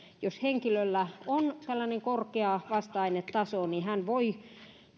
jos henkilöllä on tällainen korkea vasta ainetaso niin hän voi